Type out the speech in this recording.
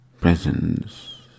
presence